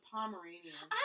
Pomeranian